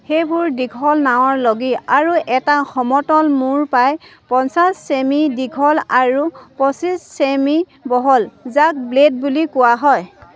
সেইবোৰ দীঘল নাৱৰ লগি আৰু এটা সমতল মূৰ প্ৰায় পঞ্চাছ চেমি দীঘল আৰু পঁচিছ চেমি বহল যাক ব্লেড বুলি কোৱা হয়